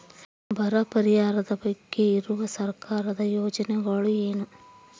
ಬರ ಪರಿಹಾರದ ಬಗ್ಗೆ ಇರುವ ಸರ್ಕಾರದ ಯೋಜನೆಗಳು ಏನು?